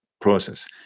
process